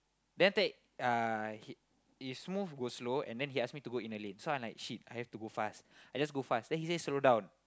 then after that uh is smooth go slow and then he ask me go inner lane so I'm like shit I have to go fast I just go fast then he say slow down